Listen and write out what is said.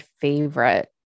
favorite